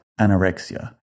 anorexia